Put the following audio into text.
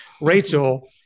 Rachel